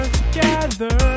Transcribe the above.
together